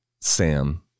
Sam